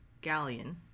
galleon